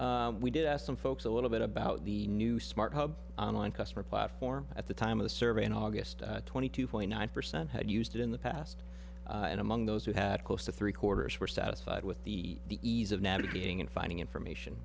it we did ask some folks a little bit about the new smart hub online customer platform at the time of the survey in august twenty two point nine percent had used in the past and among those who had close to three quarters were satisfied with the ease of navigating and finding information